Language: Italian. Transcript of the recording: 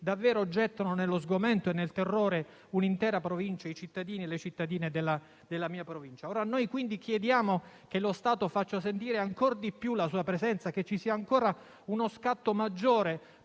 davvero gettano nello sgomento e nel terrore un'intera provincia, i cittadini e le cittadine della mia provincia. Chiediamo che lo Stato faccia sentire ancor di più la sua presenza, che ci sia uno scatto ancora